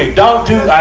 ah don't do. ah